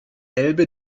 elbe